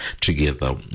together